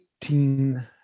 18